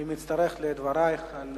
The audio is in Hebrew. אני מצטרף לדברייך על